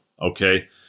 okay